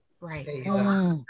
right